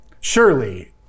surely